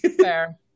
Fair